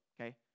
okay